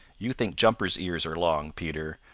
you think jumper's ears are long, peter,